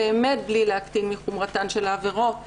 באמת בלי להקטין מחומרתן של העבירות,